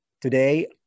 Today